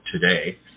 today